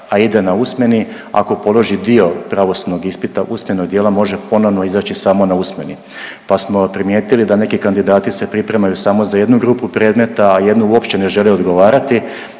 a ide na usmeni, ako položio dio pravosudnog ispita usmenog dijela, može ponovno izaći samo na usmeni pa smo primijetili da neki kandidati se pripremaju samo za jednu grupu predmeta, a jednu uopće ne žele odgovarati,